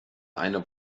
eine